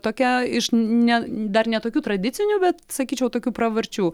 tokia iš ne dar ne tokių tradicinių bet sakyčiau tokių pravarčių